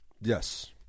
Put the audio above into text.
Yes